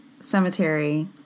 cemetery